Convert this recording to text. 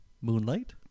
Moonlight